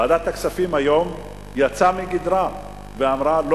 ועדת הכספים יצאה היום מגדרה ואמרה שלא